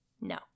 no